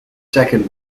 second